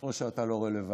או שאתה לא רלוונטי.